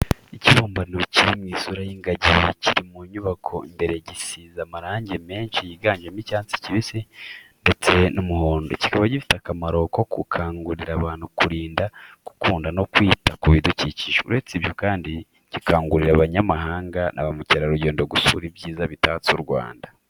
Ikibumbano kiri mu isura y'ingagi kiri mu nyubako imbere gisize amarangi menshi yiganjemo icyatsi kibisi ndetse n'umuhondo. Kikaba gifite akamaro ko gukangurira abantu kurinda, gukunda no kwita ku bidukikije. Uretse ibyo kandi, gikangurira abanyamahanga na ba mukerarugendo gusura ibyiza bitatse u Rwanda.